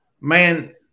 Man